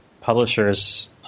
publishers